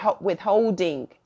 withholding